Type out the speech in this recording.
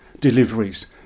deliveries